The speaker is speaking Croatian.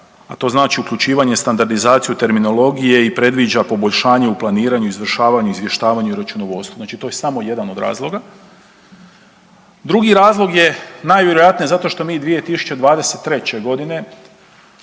a to znači uključivanje standardizaciju terminologije i predviđa poboljšanje u planiranju izvršavanju, izvještavanju i računovodstvo, znači to je samo jedan od razloga. Drugi razlog je nevjerojatnije zato što mi 2023.g.